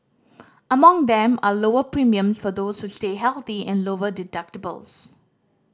among them are lower premiums for those who stay healthy and lower deductibles